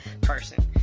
person